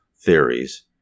theories